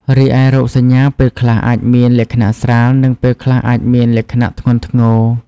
រីឯរោគសញ្ញាពេលខ្លះអាចមានលក្ខណៈស្រាល និងពេលខ្លះអាចមានលក្ខណៈធ្ងន់ធ្ងរ។